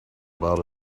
about